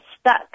stuck